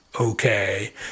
okay